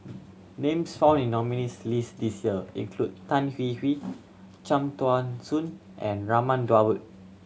names found in the nominees' list this year include Tan Hwee Hwee Cham Tao Soon and Raman Daud